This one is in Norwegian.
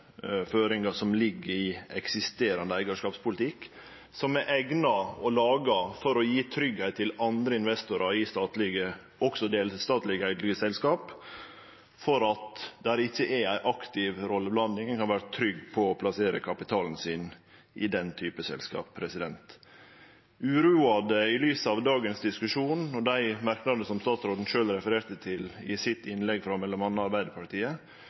føringar som ligg i eksisterande eigarskapspolitikk, og som er eigna til og laga for å gje tryggheit til andre investorar i statlege – og også delvis statleg eigde – selskap, for at det ikkje er ei aktiv rolleblanding, at ein kan vere trygg på å plassere kapitalen sin i den typen selskap. I lys av dagens diskusjon og dei merknadene frå m.a. Arbeidarpartiet som statsråden sjølv refererte til i sitt innlegg,